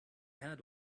had